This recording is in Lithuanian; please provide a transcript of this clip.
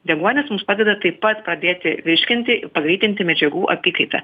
deguonis mums padeda taip pat pradėti virškinti ir pagreitinti medžiagų apykaitą